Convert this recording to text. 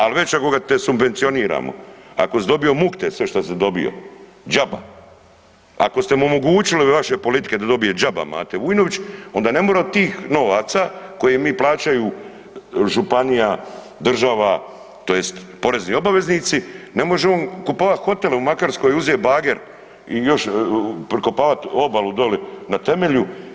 Al već ako te subvencioniramo, ako si dobio mukte sve šta si dobio, džaba, ako ste mu omogućili vaše politike da dobije džaba Mate Vujnović onda ne more od tih novaca koje mi plaćaju županija, država tj. porezni obveznici ne može on kupovat hotele u Makarskoj i uzet bager i još prikopavat obalu doli na temelju.